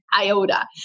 iota